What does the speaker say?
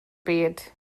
byd